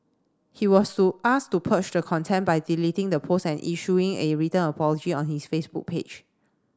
he was asked to purge the contempt by deleting the post and issuing a written apology on his Facebook page